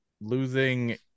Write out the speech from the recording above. losing